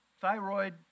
Thyroid